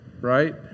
right